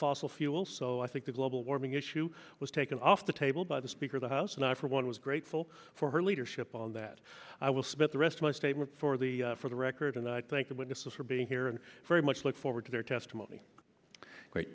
fossil fuel so i think the global warming issue was taken off the table by the speaker of the house and i for one was grateful for her leadership on that i will submit the rest of my statement for the for the record and i thank the witnesses for being here and very much look forward to their testimony great